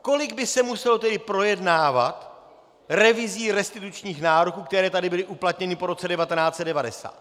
Kolik by se muselo tedy projednávat revizí restitučních nároků, které tady byly uplatněny po roce 1990.